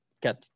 got